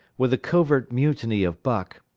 with the covert mutiny of buck,